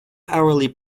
hourly